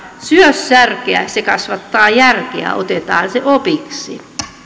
syö särkeä se kasvattaa järkeä otetaan se opiksi